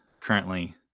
currently